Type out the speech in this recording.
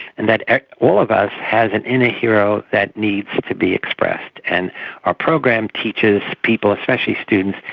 and that all of us has an inner hero that needs to be expressed. and our program teaches people, especially students,